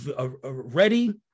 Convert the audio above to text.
ready